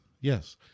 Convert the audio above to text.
Yes